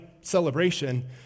celebration